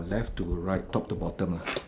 left to right top to bottom